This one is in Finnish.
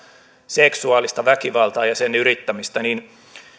seksuaalisesta väkivallasta ja sen yrittämisestä